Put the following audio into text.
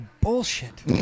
bullshit